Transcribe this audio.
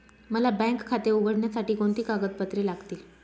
मला बँक खाते उघडण्यासाठी कोणती कागदपत्रे लागतील?